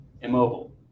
immobile